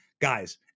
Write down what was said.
guys